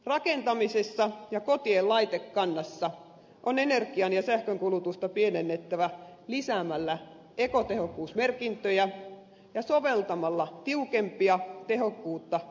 rakentamisessa ja kotien laitekannassa on energian ja sähkönkulutusta pienennettävä lisäämällä ekotehokkuusmerkintöjä ja soveltamalla tiukempia tehokkuutta painottavia standardeja